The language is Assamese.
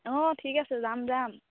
অঁ ঠিক আছে যাম যাম